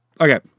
Okay